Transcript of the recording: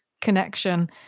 connection